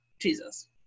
jesus